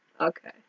Okay